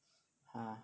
!huh!